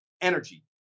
Energy